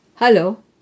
Hello